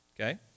Okay